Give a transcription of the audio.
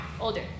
Older